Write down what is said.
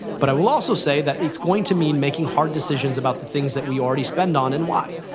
but i will also say that it's going to mean making hard decisions about the things that we already spend on, and why.